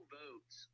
votes